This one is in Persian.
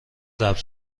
ضبط